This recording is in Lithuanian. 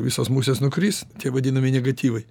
visos musės nukris tie vadinami negatyvai